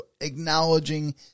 acknowledging